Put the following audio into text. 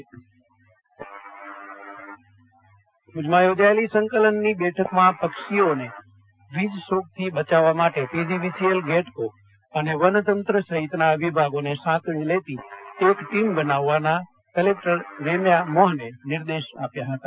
જયદીપ વૈશ્નવ સંકલન બેઠક ભુજમાં યોજાયેલી સંકલનની બેઠકમાં પક્ષીઓને વીજશોકથી બચાવવા માટે પીજીવીસીએલ ગેટકો અને વનતંત્ર સહિતના વીભાગોને સાંકળી લેતી એક ટીમ બનાવવાના કલેકટર રેમ્યા મોહને નિર્દેશ આપ્યા હતા